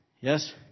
Yes